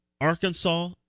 Arkansas